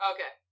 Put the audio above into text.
Okay